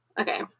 Okay